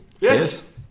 Yes